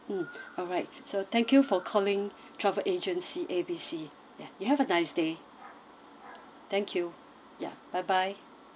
mm alright so thank you for calling travel agency A B C ya you have a nice day thank you ya bye bye